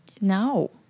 No